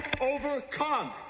overcome